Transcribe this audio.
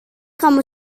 kamu